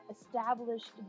established